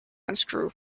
unscrew